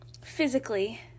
physically